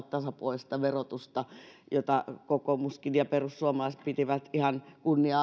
tasapuolista verotusta jota myös kokoomus ja perussuomalaiset pitivät ihan kunnia